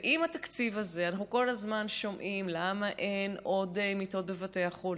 ועם התקציב הזה אנחנו כל הזמן שומעים: למה אין עוד מיטות בבתי החולים?